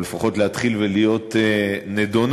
או לפחות להתחיל ולהיות נדונה,